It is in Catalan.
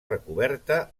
recoberta